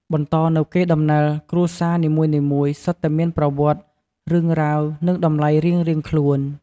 បន្តនូវកេរដំណែលគ្រួសារនីមួយៗសុទ្ធតែមានប្រវត្តិ រឿងរ៉ាវ និងតម្លៃរៀងៗខ្លួន។